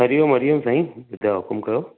हरिओम हरिओम साई ॿुधायो हुक़ुमु कयो